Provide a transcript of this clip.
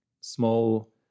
small